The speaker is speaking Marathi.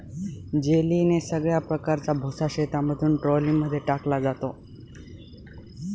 जेलीने सगळ्या प्रकारचा भुसा शेतामधून ट्रॉली मध्ये टाकला जातो